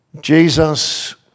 Jesus